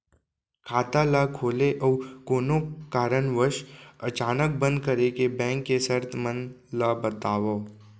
खाता ला खोले अऊ कोनो कारनवश अचानक बंद करे के, बैंक के शर्त मन ला बतावव